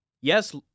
yes